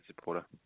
supporter